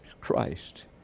Christ